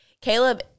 Caleb